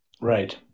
Right